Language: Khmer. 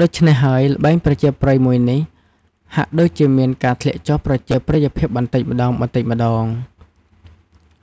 ដូច្នេះហើយល្បែងប្រជាប្រិយមួយនេះ ហាក់ដូចជាមានការធ្លាក់ចុះប្រជាប្រិយភាពបន្តិចម្តងៗ